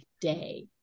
day